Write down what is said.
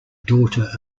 daughter